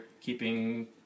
keeping